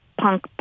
punk